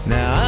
Now